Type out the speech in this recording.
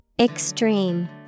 Extreme